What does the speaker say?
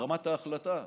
ברמת ההחלטה.